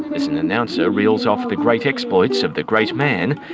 um as an announcer reels off the great exploits of the great man,